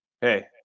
Hey